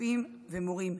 רופאים ומורים.